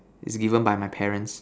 is given by my parents